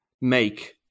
make